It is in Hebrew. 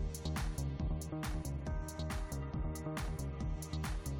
יש פתאום בעיות בתחנות הכוח בהולנד,